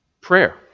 prayer